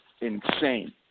Insane